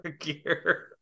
gear